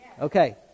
okay